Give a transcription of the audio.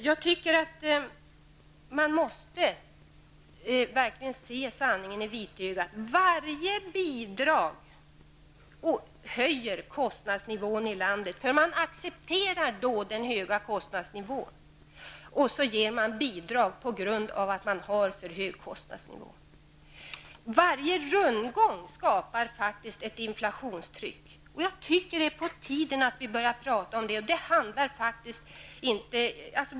Jag tycker att man verkligen måste se sanningen i vitögat: Varje bidrag höjer kostnadsnivån i landet, för man accepterar då de höga kostnaderna, och så ger man bidrag på grund av att kostnadsnivån är för hög. Varje rundgång skapar ett inflationstryck. Jag tycker att det är på tiden att vi börjar prata om det.